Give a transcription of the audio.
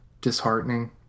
disheartening